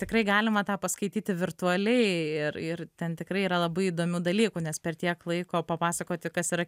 tikrai galima tą paskaityti virtualiai ir ir ten tikrai yra labai įdomių dalykų nes per tiek laiko papasakoti kas yra